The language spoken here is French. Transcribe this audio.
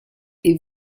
est